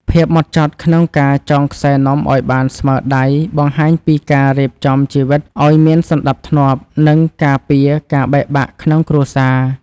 ភាពហ្មត់ចត់ក្នុងការចងខ្សែនំឱ្យបានស្មើដៃបង្ហាញពីការរៀបចំជីវិតឱ្យមានសណ្ដាប់ធ្នាប់ និង ការពារការបែកបាក់ក្នុងគ្រួសារ។